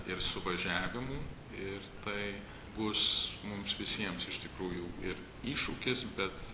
ir suvažiavimų ir tai bus mums visiems iš tikrųjų ir iššūkis bet